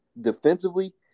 defensively